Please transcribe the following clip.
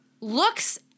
looks